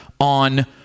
on